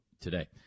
today